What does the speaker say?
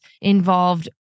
involved